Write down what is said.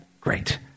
Great